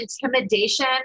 intimidation